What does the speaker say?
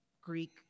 Greek